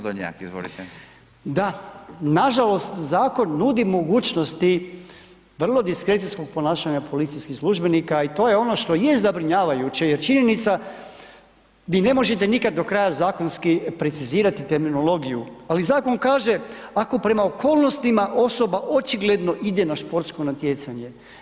Da, nažalost zakon nudi mogućnosti vrlo diskrecijskog ponašanja policijskih službenika i to je ono što je zabrinjavajuće jer činjenica, vi ne možete nikad do kraja zakonski precizirati terminologiju, ali zakon kaže, ako prema okolnostima osoba očigledno na športsko natjecanje.